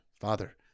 father